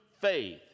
faith